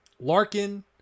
Larkin